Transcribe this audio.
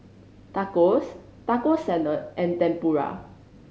Tacos Taco Salad and Tempura